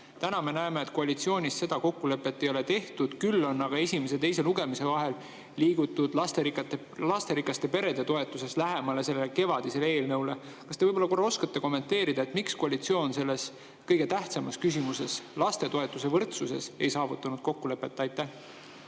Täna me näeme, et koalitsioonis seda kokkulepet ei ole, küll aga on esimese ja teise lugemise vahel liigutud lasterikaste perede toetuse teemal lähemale kevadisele eelnõule. Kas te oskate kommenteerida, miks koalitsioon selles kõige tähtsamas küsimuses, lastetoetuse võrdsuses, ei saavutanud kokkulepet? Aitäh,